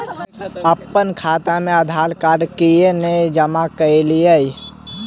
अप्पन खाता मे आधारकार्ड कियाक नै जमा केलियै?